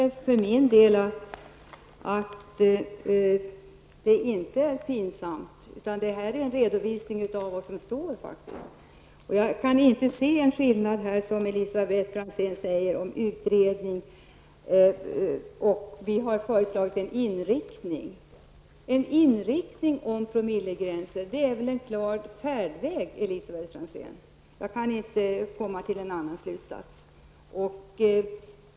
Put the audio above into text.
Herr talman! Jag anser inte att det här är pinsamt, utan detta är en redovisning av vad som står. Jag kan inte se den skillnad som Elisabet Franzén kan se mellan förslaget att tillsätta en utredning och den inriktning som vi har föreslagit. En inriktning för promillegränser är väl en klar vägledning, Elisabet Franzén? Jag kan inte komma till någon annan slutsats.